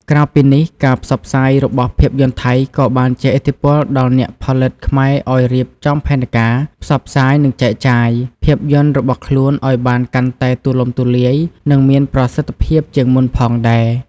ក្រៅពីនេះ ការផ្សព្វផ្សាយរបស់ភាពយន្តថៃក៏បានជះឥទ្ធិពលដល់អ្នកផលិតខ្មែរឲ្យរៀបចំផែនការ ផ្សព្វផ្សាយ និងចែកចាយ ភាពយន្តរបស់ខ្លួនឲ្យបានកាន់តែទូលំទូលាយ និងមានប្រសិទ្ធភាពជាងមុនផងដែរ។